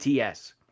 ATS